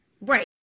Right